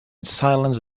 silence